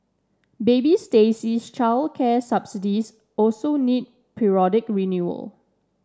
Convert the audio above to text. baby Stacey's childcare subsidies also need periodic renewal